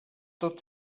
tot